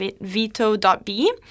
veto.be